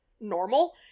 normal